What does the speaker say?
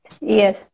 Yes